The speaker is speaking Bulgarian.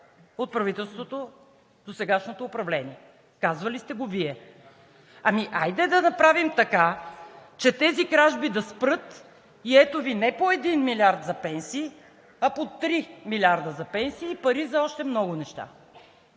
от правителството в досегашното управление. Казвали сте го Вие. Хайде да направим така, че тези кражби да спрат и ето Ви не по един милиард за пенсии, а по три милиарда за пенсии и пари за още много неща.